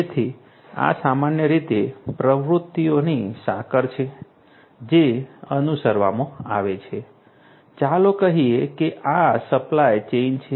તેથી આ સામાન્ય રીતે પ્રવૃત્તિઓની સાંકળ છે જે અનુસરવામાં આવે છે ચાલો કહીએ કે આ સપ્લાય ચેઇન છે